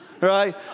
right